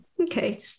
Okay